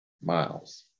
Miles